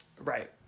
right